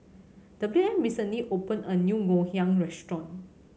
W M recently opened a new Ngoh Hiang restaurant